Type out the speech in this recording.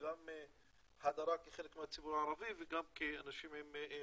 גם הדרה כחלק מהציבור הערבי וגם כאנשים עם מוגבלויות.